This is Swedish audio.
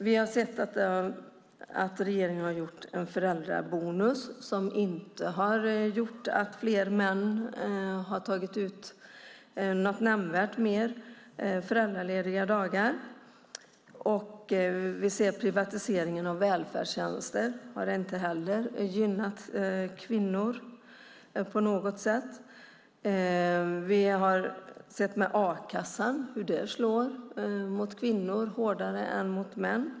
Vi har sett att regeringen har infört en föräldrabonus som inte har gjort att fler män har tagit ut nämnvärt mer föräldralediga dagar. Vi ser privatiseringen av välfärdstjänster. Det har inte heller gynnat kvinnor på något sätt. Vi har sett hur detta med a-kassan slår hårdare mot kvinnor än mot män.